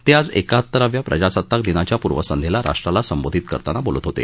ते आज एकाहत्तराव्या प्रजासत्ताक दिनाच्या पूर्वसंध्येला राष्ट्राला संबोधित करताना बोलत होते